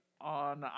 on